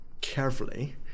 carefully